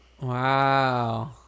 Wow